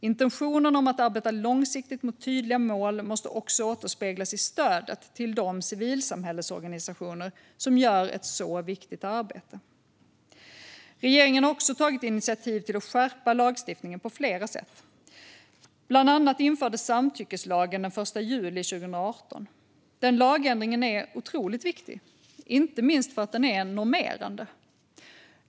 Intentionerna att arbeta långsiktigt mot tydliga mål måste också återspeglas i stödet till de civilsamhällesorganisationer som gör ett så viktigt arbete. Regeringen har också tagit initiativ till att skärpa lagstiftningen på flera sätt. Bland annat infördes samtyckeslagen den 1 juli 2018. Den lagändringen är otroligt viktig, inte minst för att den är normerande.